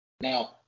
Now